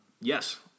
Yes